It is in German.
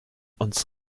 uns